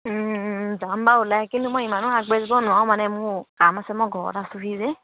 যাম বাৰু ওলাই কিন্তু মই ইমানো আগবাঢ়িব নোৱাৰোঁ মানে মোৰ কাম আছে মই ঘৰত আছোহি যে